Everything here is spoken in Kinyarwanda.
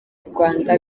rwanda